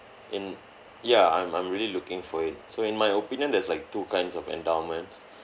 in ya I'm I'm really looking for it so in my opinion there's like two kinds of endowments